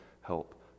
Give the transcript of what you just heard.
help